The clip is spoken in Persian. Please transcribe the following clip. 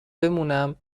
بمونم